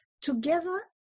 together